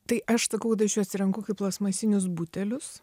tai aš sakau kad aš juos renku plastmasinius butelius